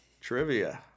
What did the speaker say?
trivia